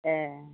एह